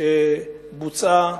שבוצעה